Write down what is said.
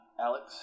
Alex